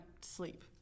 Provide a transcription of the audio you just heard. sleep